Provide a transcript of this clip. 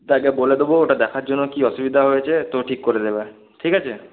তাকে বলে দেবো ওটা দেখার জন্য কী অসুবিধা হয়েছে তো ঠিক করে দেবে ঠিক আছে